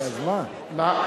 ועדת המזנון,